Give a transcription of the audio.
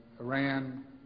Iran